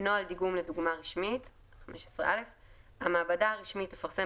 "נוהל דיגום לדוגמה רשמית 15א. המעבדה הרשמית תפרסם